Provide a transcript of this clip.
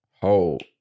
hold